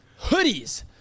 hoodies